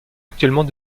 actuellement